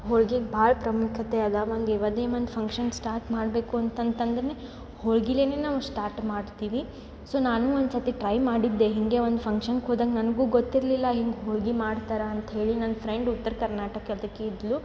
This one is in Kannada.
ಹೋಳ್ಗೆಗೆ ಭಾಳ್ ಪ್ರಾಮುಖ್ಯತೆ ಅದ ಒಂದು ಯಾವುದೇ ಒಂದು ಫಂಕ್ಷನ್ ಸ್ಟಾರ್ಟ್ ಮಾಡಬೇಕು ಅಂತಂತಂದ್ರೇ ಹೋಳ್ಗೆಲೇ ನಾವು ಸ್ಟಾರ್ಟ್ ಮಾಡ್ತೀವಿ ಸೊ ನಾನು ಒಂದ್ಸತಿ ಟ್ರೈ ಮಾಡಿದ್ದೆ ಹಿಂಗೆ ಒಂದು ಫಂಕ್ಷನ್ಗೆ ಹೋದಾಗ ನನಗು ಗೊತ್ತಿರಲಿಲ್ಲ ಹಿಂಗೆ ಹೋಳ್ಗೆ ಮಾಡ್ತಾರೆ ಅಂತ್ಹೇಳಿ ನನ್ನ ಫ್ರೆಂಡ್ ಉತ್ತರ ಕರ್ನಾಟಕದಕಿ ಇದ್ಲು